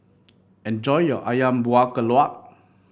enjoy your ayam Buah Keluak